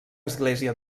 església